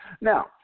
Now